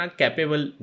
capable